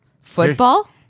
Football